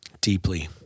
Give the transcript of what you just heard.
deeply